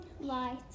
light